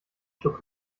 schluck